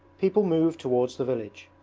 people move towards the village.